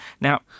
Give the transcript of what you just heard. Now